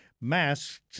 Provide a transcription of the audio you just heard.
Masks